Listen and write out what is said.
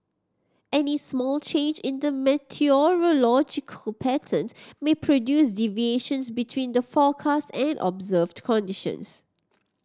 any small change in the meteorological patterns may produce deviations between the forecast and observed conditions